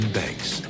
banks